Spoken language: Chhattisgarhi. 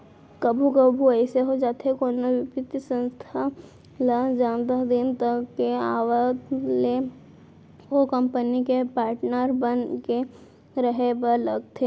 कभू कभू अइसे हो जाथे कोनो बित्तीय संस्था ल जादा दिन तक के आवत ले ओ कंपनी के पाटनर बन के रहें बर लगथे